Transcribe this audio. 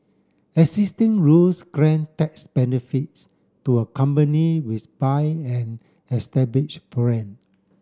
existing rules grant tax benefits to a company which buy an established brand